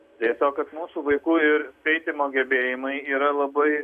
tiesiog kad mūsų vaikų ir skaitymo gebėjimai yra labai